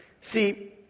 See